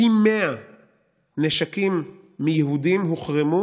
פי 100 נשקים הוחרמו